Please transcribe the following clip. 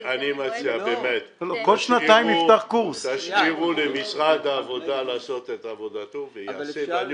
אני מציע שתשאירו למשרד העבודה לעשות את עבודתו והוא יעשה,